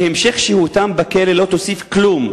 שהמשך שהותם בכלא לא יוסיף כלום,